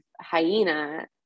Hyena